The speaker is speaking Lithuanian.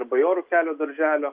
ir bajorų kelio darželio